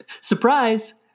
Surprise